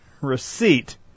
receipt